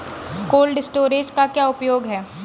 Cold storage का क्या उपयोग है?